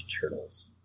Turtles